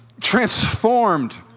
transformed